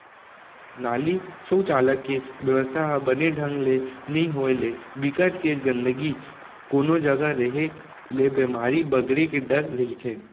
नाली, सउचालक के बेवस्था ह बने ढंग ले नइ होय ले, बिकट के गंदगी कोनो जघा रेहे ले बेमारी बगरे के डर रहिथे